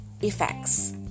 effects